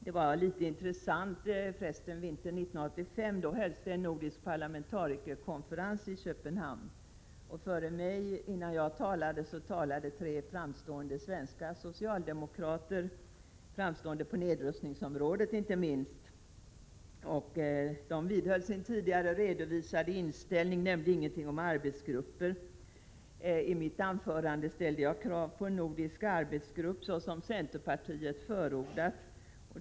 Det var för resten rätt intressant vintern 1985, då en nordisk parlamentarikerkonferens hölls i Köpenhamn. Före mig talade tre framstående svenska socialdemokrater — framstående inte minst på nedrustningsområdet. De vidhöll sin tidigare redovisade inställning, nämnde ingenting om arbetsgrupper. Jag ställde i mitt anförande krav på en nordisk arbetsgrupp så som centerpartiet förordat.